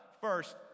first